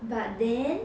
but then